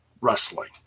wrestling